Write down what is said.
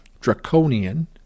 draconian